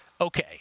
okay